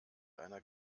einer